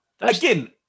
Again